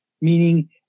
meaning